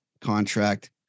contract